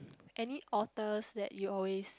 any authors that you always